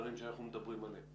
מהדברים עליהם אנחנו מדברים.